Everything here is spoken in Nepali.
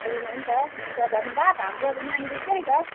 ए हुन्छ हुन्छ धन्यवाद हाम्रो यहाँनिर त्यही छ